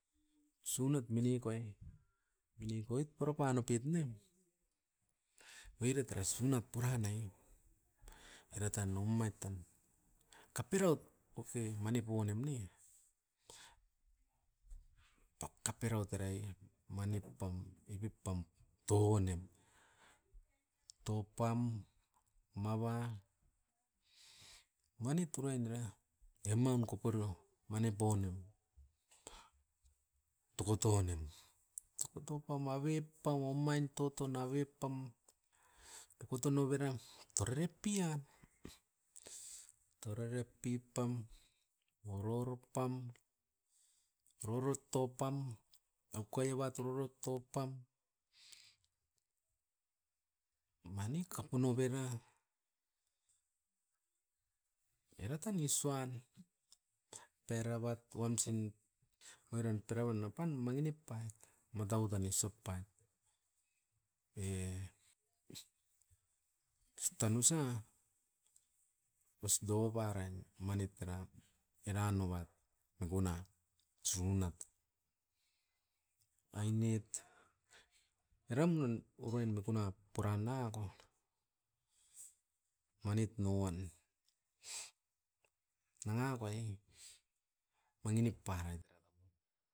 Sunat mini koi, mini koit pura panopit ne, oire tera sunat puranai era tan omait tan, kaperaut poke manipu anem ne? Pok kaperaut era'i mani pam epip pam touanem, toupam mava, manit urain era eman koporio. Mani pauanem toko tounem, toko toupam avepau omain totoun avepam tokoto noveram torere pi'an. Torere pipam, ororo pam rorot toupam aukai evat rorot toupam, mani kapu novera. Era tan isuan perabat wamsin oiran pirauan oupan mangi nip pait matau tan isop pan. E ostan usa os douvarain manit eran, eran oubat mikuna, sunat. Ainit eram noin orain mikuna puran nanga ko manit no uan, nangakoi mangi nip parait era tapum.